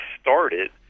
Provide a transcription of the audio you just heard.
started